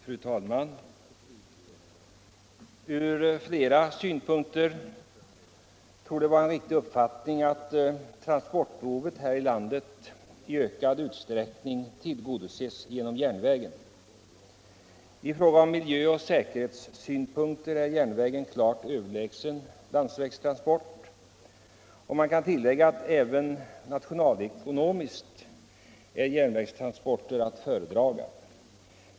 Fru talman! Från flera synpunkter torde det vara en riktig uppfattning att transportbehovet här i landet i ökad utsträckning tillgodoses av järnvägen. Från miljöoch säkerhetssynpunkt är järnvägstransporter klart överlägsna landsvägstransporter. Även nationalekonomiskt är järnvägstransporter att föredra.